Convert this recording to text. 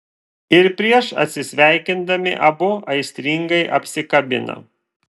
ir prieš atsisveikindami abu aistringai apsikabina